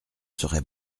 serai